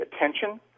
attention